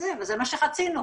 וזה מה שרצינו,